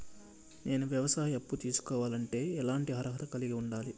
నేను వ్యవసాయ అప్పు తీసుకోవాలంటే ఎట్లాంటి అర్హత కలిగి ఉండాలి?